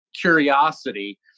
curiosity